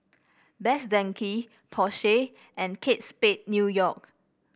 Best Denki Porsche and Kate Spade New York